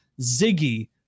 Ziggy